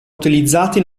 utilizzati